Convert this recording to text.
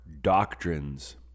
doctrines